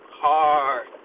hard